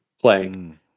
playing